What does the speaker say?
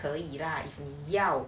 可以 lah 要